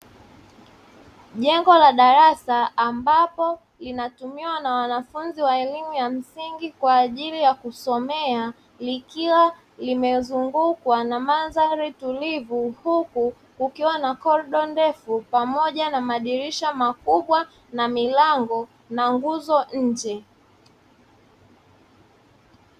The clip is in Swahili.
Jengo la darasa ambapo linatumiwa na wanafunzi wa elimu ya msingi kwa ajili ya kusomea, likiwa limezungukwa na mandharu tulivu huku kukiwa na korido ndefu pamoja na madirisha makubwa na milango na nguzo nje.